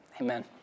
Amen